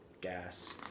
Gas